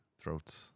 throat's